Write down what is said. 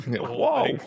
Whoa